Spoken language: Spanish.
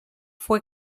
fue